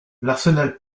l’arsenal